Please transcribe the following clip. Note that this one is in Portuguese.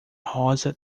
rosa